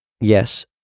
yes